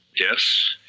yes.